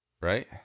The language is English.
right